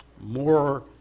More